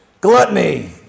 Gluttony